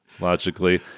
Logically